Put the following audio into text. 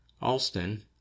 Alston